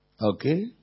Okay